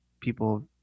people